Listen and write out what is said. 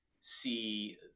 see